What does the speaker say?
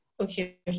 Okay